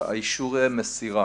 אישורי המסירה.